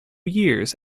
years